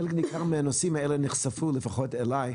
חלק ניכר מהנושאים נחשפו לפחות לי.